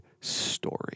story